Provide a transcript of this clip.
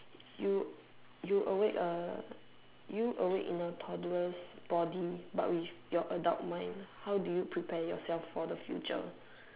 you you awake a you awake in a toddler's body but with your adult mind how do you prepare yourself for the future